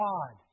God